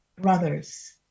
brothers